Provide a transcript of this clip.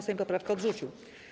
Sejm poprawkę odrzucił.